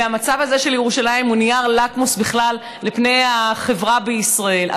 והמצב הזה של ירושלים הוא נייר לקמוס בכלל לפני החברה בישראל.